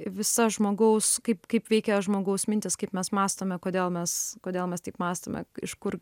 visa žmogaus kaip kaip veikia žmogaus mintys kaip mes mąstome kodėl mes kodėl mes taip mąstome iš kur